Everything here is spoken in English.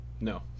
No